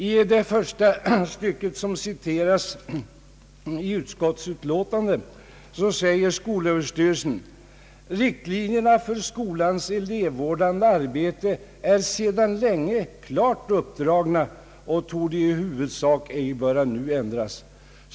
I det första stycket framhåller man följande: »Riktlinjerna för skolans elevvårdande arbete är sedan länge klart uppdragna och torde i huvudsak ej böra nu ändras.